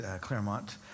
Claremont